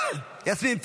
יסמין פרידמן,